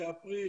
באפריל,